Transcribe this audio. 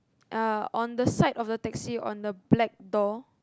uh on the side of the taxi on the black door